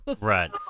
Right